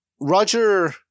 Roger